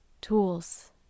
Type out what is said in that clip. tools